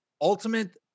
ultimate